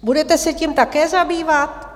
Budete se tím také zabývat?